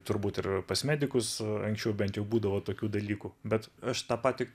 turbūt ir pas medikus anksčiau bent jau būdavo tokių dalykų bet aš tą patį